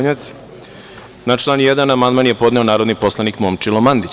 Na član 1. amandman je podneo narodni poslanik Momčilo Mandić.